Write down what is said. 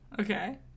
Okay